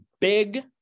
Big